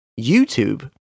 YouTube